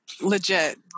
Legit